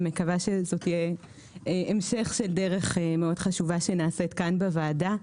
ומקווה שזה יהיה המשך של דרך חשובה מאוד שנעשית כאן בוועדה.